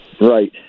Right